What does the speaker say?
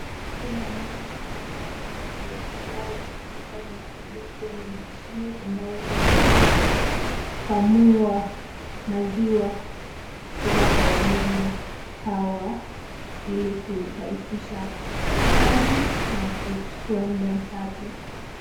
Kuna ng'ombe kadhaa teknolojia ya kisasa imesaidia kuwa na mashine ambayo inatumika kukamua maziwa kutoka kwa wanyama hawa ili kurahisisha kazi na kuchukua muda mchache.